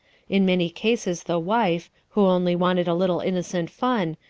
in many cases the wife, who only wanted a little innocent fun,